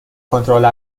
کنترل